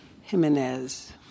Jimenez